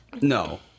No